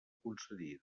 concedida